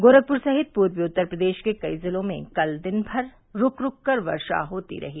गोरखपुर सहित पूर्वी उत्तर प्रदेश के कई जिलों में कल दिन भर रूक रूक कर वर्षा होती रही